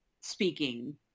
speaking